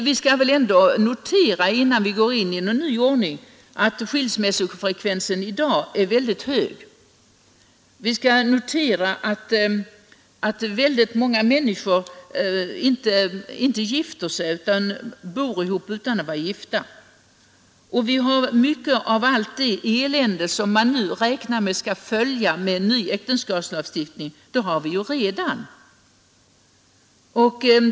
Vi skall väl ändå notera att skilsmässofrekvensen i dag, innan vi infört någon ny ordning, är mycket hög. Vi skall också notera att många människor i dag bor ihop utan att vara gifta. Mycket av allt det elände som man räknar med skall följa av en ny äktenskapslagstiftning har vi redan.